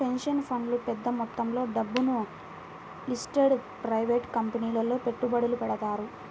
pension ఫండ్లు పెద్ద మొత్తంలో డబ్బును లిస్టెడ్ ప్రైవేట్ కంపెనీలలో పెట్టుబడులు పెడతారు